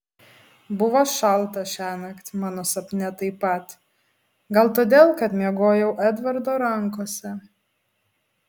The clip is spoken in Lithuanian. buvo šalta šiąnakt mano sapne taip pat gal todėl kad miegojau edvardo rankose